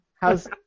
how's